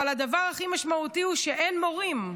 אבל הדבר הכי משמעותי הוא שאין מורים.